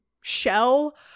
shell